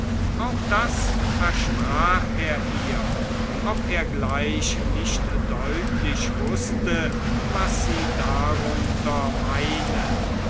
auch das versprach er ihr ob er gleich nicht deutlich wußte was sie darunter meine